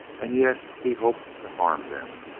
and yet he hoped to harm them.